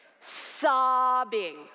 Sobbing